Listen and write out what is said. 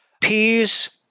Peas